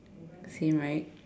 same right